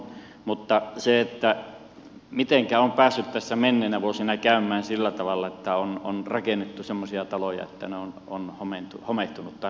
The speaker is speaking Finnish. mutta mitenkä on päässyt tässä menneinä vuosina käymään sillä tavalla että on rakennettu semmoisia taloja että ne ovat homehtuneita rakennuksia